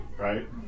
Right